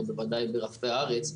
ובוודאי ברחבי הארץ,